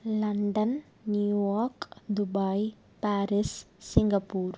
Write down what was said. London New York Dubai Paris Singapore